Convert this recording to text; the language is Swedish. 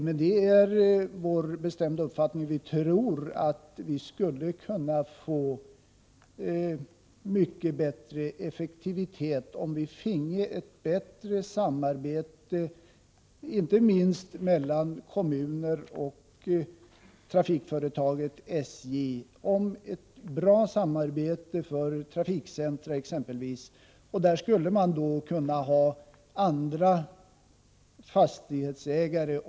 Men det är vår bestämda uppfattning att det skulle vara möjligt att få till stånd en mycket bättre effektivitet, om det kunde skapas ett bättre samarbete mellan kommuner och trafikföretaget SJ om trafikcentra. I ett sådant samarbete skulle även andra än statens järnvägar kunna stå som fastighetsägare.